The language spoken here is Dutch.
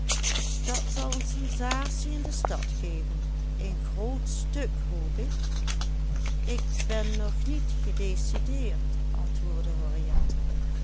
dat zal een sensatie in de stad geven een groot stuk hoop ik ik ben nog niet gedécideerd antwoordde